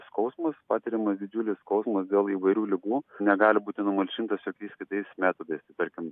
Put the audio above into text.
skausmas patiriamas didžiulis skausmas dėl įvairių ligų negali būti numalšintas jokiais kitais metodais tai tarkim